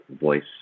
voice